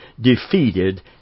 defeated